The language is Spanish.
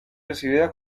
recibida